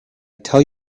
tell